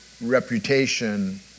reputation